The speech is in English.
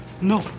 No